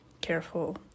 careful